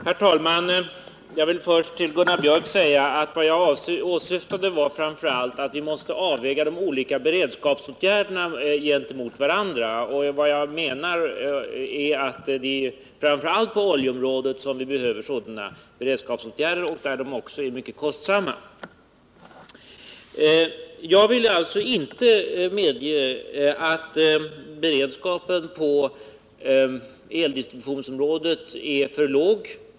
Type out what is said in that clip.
Herr talman! Jag vill först till Gunnar Biörck säga att vad jag framför allt åsyftade var att vi måste avväga de olika beredskapsåtgärderna mot varandra. Jag menar att det främst är på oljeområdet som vi behöver sådana beredskapsåtgärder. Där är de också mycket kostsamma. Jag vill inte medge att beredskapen på eldistributionsområdet är för låg.